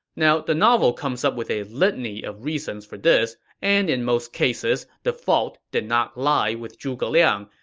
now, the novel comes up with a litany of reasons for this, and in most cases, the fault did not lie with zhuge liang.